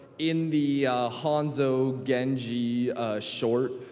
in the hanzo-genji short,